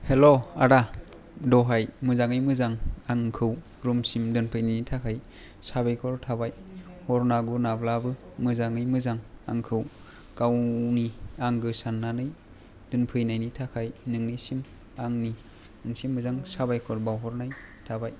हेल' आदा दहाय मोजांङै मोजां आंखौ रुमसिम दोनफैनायनि थाखाय साबायखर थाबाय हरना गुनाब्लाबो मोजांङै मोजां आंखौ गावनि आंगो साननानै दोनफैनायनि थाखाय नोंनिसिम आंनि मोनसे मोजां साबायखर बावहरनाय थाबाय